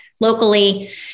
locally